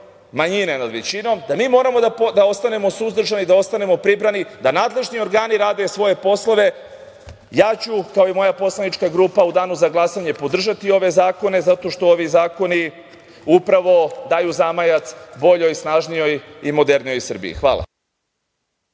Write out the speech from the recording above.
manjine nad većinom, da moramo da ostanemo suzdržani i da ostanemo pribrani, da nadležni organi rade svoje poslove. Ja ću, kao i moja poslanička grupa, u danu za glasanje podržati ove zakone zato što ovi zakoni upravo daju zamajac boljoj, snažnijoj i modernijoj Srbiji. Hvala.